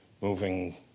moving